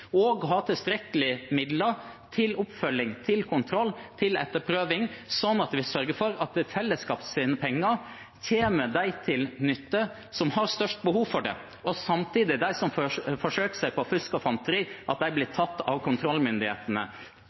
og for å ha tilstrekkelige midler til oppfølging, til kontroll og til etterprøving, sånn at vi sørger for at fellesskapets penger kommer dem til nytte som har størst behov for det, og samtidig at de som forsøker seg på fusk og fanteri, blir tatt av kontrollmyndighetene.